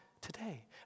today